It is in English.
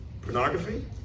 Pornography